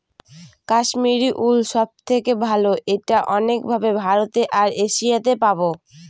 Kashmiri wool সব থেকে ভালো এটা অনেক ভাবে ভারতে আর এশিয়াতে পাবো